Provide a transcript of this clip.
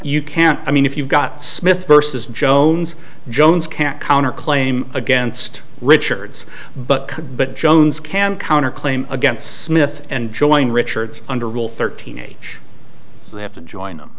you can't i mean if you've got smith versus jones jones can't counter game against richards but could but jones can counter claim against smith and join richards under rule thirteen age they have to join them